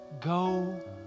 go